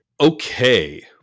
Okay